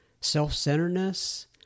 self-centeredness